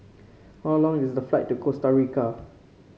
how long is the flight to Costa Rica